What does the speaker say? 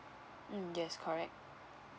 mm yes correct